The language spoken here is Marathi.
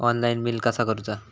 ऑनलाइन बिल कसा करुचा?